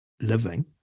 living